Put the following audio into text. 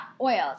oils